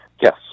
Yes